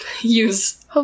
use